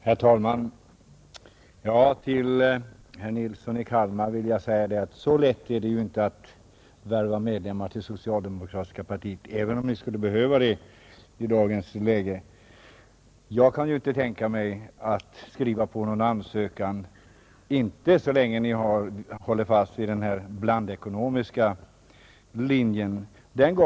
Herr talman! Till herr Nilsson i Kalmar vill jag säga: Så lätt är det inte att värva medlemmar till socialdemokratiska partiet — även om det skulle behövas i dagens läge. Jag kan inte tänka mig att skriva på någon ansökan så länge ni håller fast vid den blandekonomiska linjen.